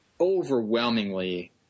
overwhelmingly